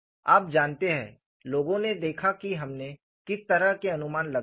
आप जानते हैं लोगों ने देखा कि हमने किस तरह के अनुमान लगाए हैं